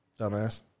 Dumbass